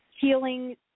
healing